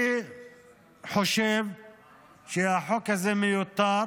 אני חושב שהחוק הזה מיותר,